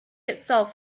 itself